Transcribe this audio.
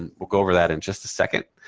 and we'll go over that in just a second.